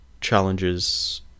challenges